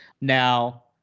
now